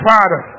Father